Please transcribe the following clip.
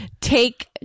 Take